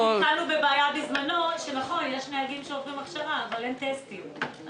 אני מדברת על המכרז שאתם עומדים לצאת אליו.